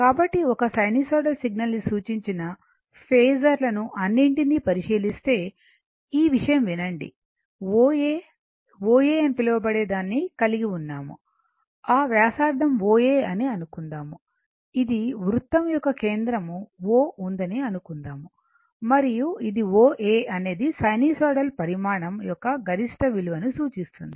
కాబట్టి ఒక sinusoidal signal ని సూచించిన ఫేసర్ లను అన్నింటినీ పరిశీలిస్తే ఈ విషయం వినండి OA OA అని పిలవబడే దాన్ని కలిగి ఉన్నాము ఆ వ్యాసార్థం OA అని అనుకుందాం ఇది వృత్తం యొక్క కేంద్రం O ఉందని అనుకుందాం మరియు ఇది OA అనేది సైనూసోయిడల్ పరిమాణం యొక్క గరిష్ట విలువను సూచిస్తుంది